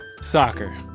Soccer